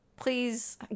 Please